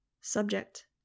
Subject